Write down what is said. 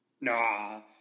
Nah